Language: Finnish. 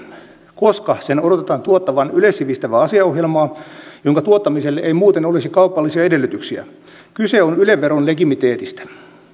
koska sen odotetaan tuottavan yleissivistävää asiaohjelmaa jonka tuottamiselle ei muuten olisi kaupallisia edellytyksiä kyse on yle veron legitimiteetistä